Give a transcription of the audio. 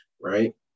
right